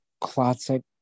classic